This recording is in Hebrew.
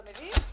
אתה מבין?